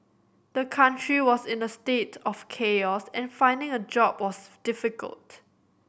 the country was in a state of chaos and finding a job was difficult